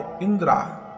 Indra